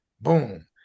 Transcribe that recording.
Boom